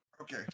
okay